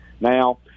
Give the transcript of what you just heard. now